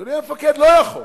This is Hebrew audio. אדוני המפקד, לא יכול.